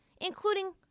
including